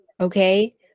okay